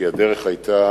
כי הדרך היתה